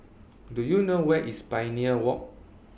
Do YOU know Where IS Pioneer Walk